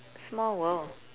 small world